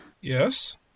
Yes